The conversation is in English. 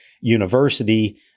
university